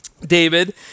David